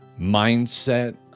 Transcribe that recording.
mindset